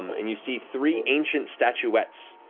and you see three ancient statuettes,